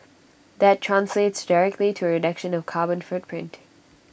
that translates directly to A reduction of carbon footprint